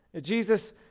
Jesus